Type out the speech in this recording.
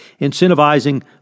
Incentivizing